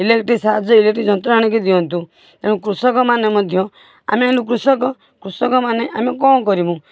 electric ସାହାଯ୍ୟ electric ଯନ୍ତ୍ର ଆଣିକି ଦିଅନ୍ତୁ ତେଣୁ କୃଷକମାନେ ମଧ୍ୟ ଆମେ ହେଲୁ କୃଷକ କୃଷକମାନେ ଆମେ କ'ଣ କରିବୁ